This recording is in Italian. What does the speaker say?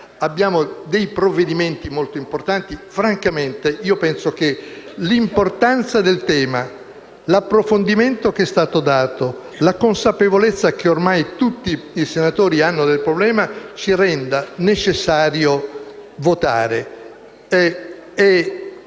Abbiamo dei provvedimenti molto importanti da esaminare. Francamente penso che l'importanza del tema, l'approfondimento fatto e la consapevolezza che ormai tutti i senatori hanno del problema rendano necessario votare.